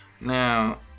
Now